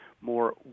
more